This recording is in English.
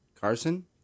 Carson